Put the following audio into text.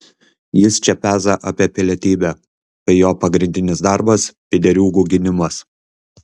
jis čia peza apie pilietybę kai jo pagrindinis darbas pydariūgų gynimas